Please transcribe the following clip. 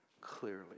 Clearly